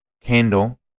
candle